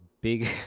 big